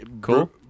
cool